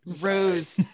Rose